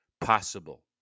Possible